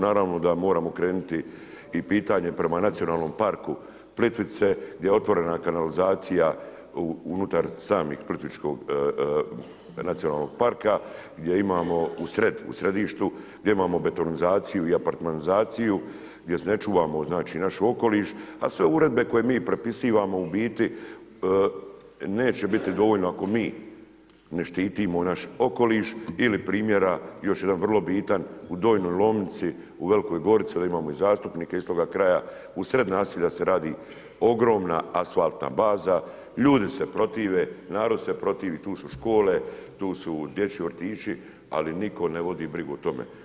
Naravno da moramo krenuti i pitanje prema nacionalnom parku Plitvice, gdje je otvorena kanalizacija unutar samih plitvičkog, nacionalnog parka, gdje imamo u središtu, gdje imamo betonizaciji i apartmanizaciju, gdje ne čuvamo znači naš okoliš, a sve uredbe koje mi prepišavamo u biti neće biti dovoljno, ako mi ne štitimo naš okoliš ili primjera, još jedan vrlo bitan u Donjoj Lomnici u Velikoj Gorici, ovdje imamo i zastupnike iz toga kraja, u sred naselja se radi ogromna asfaltna baza, ljudi se protivi, narod se protivi, tu su škole, tu su dječji vrtići, ali nitko ne vodi brigu o tome.